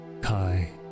Kai